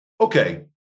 okay